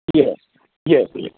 yes yes yes